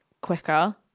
quicker